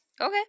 Okay